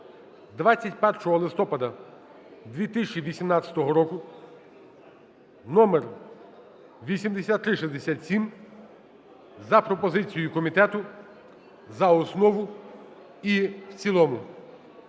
21 листопада 2018 року (№ 8367), за пропозицією комітету, за основу і в цілому.